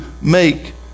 make